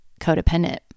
codependent